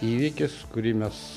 įvykis kurį mes